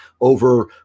over